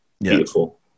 beautiful